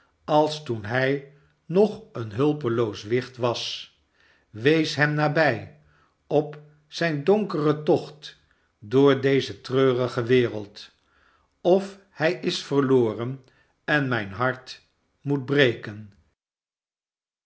als toen hij nog een hulpeloos wicht was wees hem nabij op zijn donkeren tocht door deze treurige wereld of hij is verloren en mijn hart moet breken